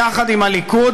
יחד עם הליכוד,